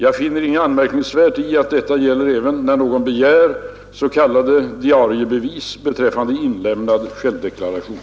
Jag finner inget anmärkningsvärt i att detta gäller även när någon begär s.k. diariebevis beträffande inlämnad självdeklaration.